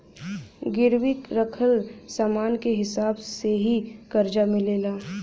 गिरवी रखल समान के हिसाब से ही करजा मिलेला